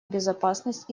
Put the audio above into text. безопасность